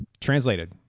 translated